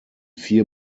vier